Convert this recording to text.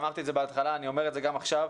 אמרתי את זה בהתחלה ואני אומר את זה גם עכשיו.